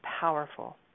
powerful